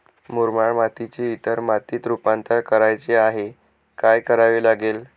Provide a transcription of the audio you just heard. मुरमाड मातीचे इतर मातीत रुपांतर करायचे आहे, काय करावे लागेल?